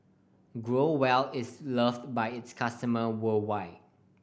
Growell is loved by its customer worldwide